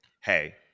hey